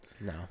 No